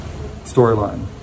storyline